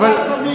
אבל בנושא הסמים,